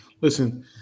Listen